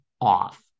off